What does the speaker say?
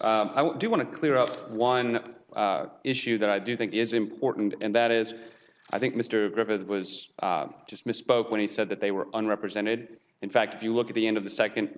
honors i do want to clear up one issue that i do think is important and that is i think mr griffith was just misspoke when he said that they were on represented in fact if you look at the end of the second